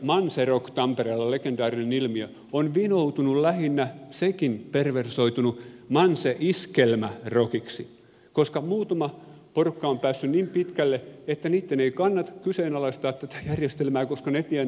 manserock tampereella legendaarinen ilmiö on sekin perversoitunut manseiskelmärockiksi koska muutama porukka on päässyt niin pitkälle että niitten ei kannata kyseenalaistaa tätä järjestelmää koska ne tienaavat älyttömästi